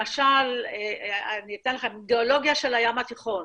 למשל, אידיאולוגיה של הים התיכון.